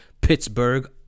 Pittsburgh